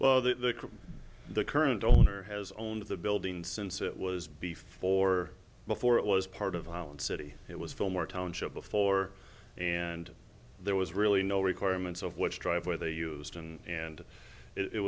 well the the current owner has owned the building since it was before before it was part of holland city it was fillmore township before and there was really no requirements of which drive where they used and and it